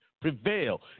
prevail